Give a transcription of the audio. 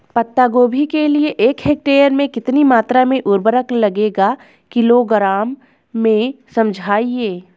पत्ता गोभी के लिए एक हेक्टेयर में कितनी मात्रा में उर्वरक लगेगा किलोग्राम में समझाइए?